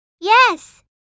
Yes